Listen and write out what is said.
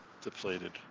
Depleted